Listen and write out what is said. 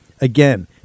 Again